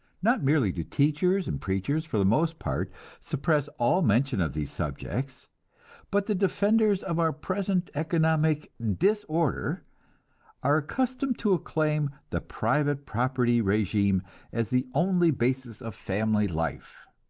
not merely do teachers and preachers for the most part suppress all mention of these subjects but the defenders of our present economic disorder are accustomed to acclaim the private property regime as the only basis of family life.